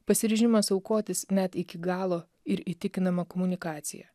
pasiryžimas aukotis net iki galo ir įtikinama komunikacija